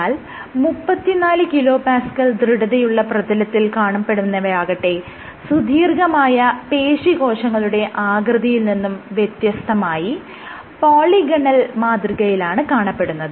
എന്നാൽ 34kPa ദൃഢതയുള്ള പ്രതലത്തിൽ കാണപ്പെടുന്നവയാകട്ടെ സുദീർഘമായ പേശീകോശങ്ങളുടെ ആകൃതിയിൽ നിന്നും വ്യത്യസ്തമായി പോളിഗണൽ മാതൃകയിലാണ് കാണപ്പെട്ടത്